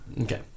Okay